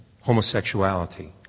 homosexuality